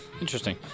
Interesting